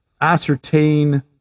ascertain